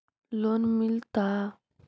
Loan मिलता?